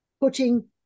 putting